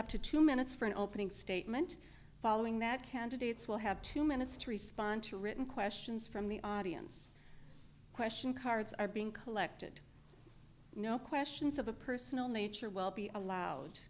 up to two minutes for an opening statement following that candidates will have two minutes to respond to written questions from the audience question cards are being collected no questions of a personal nature will be allowed